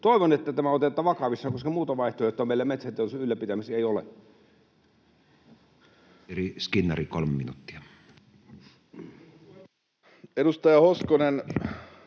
Toivon, että tämä otetaan vakavissaan, koska muuta vaihtoehtoa meillä metsäteollisuuden ylläpitämiseksi ei ole.